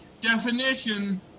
definition